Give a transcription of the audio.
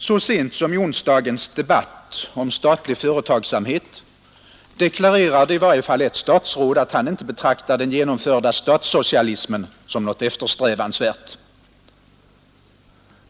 Så sent som i onsdagens debatt om statlig företagsamhet deklarerade i varje fall ett statsråd, att han inte betraktar den genomförda statssocialismen som något eftersträvansvärt.